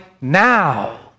now